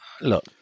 look